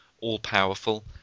all-powerful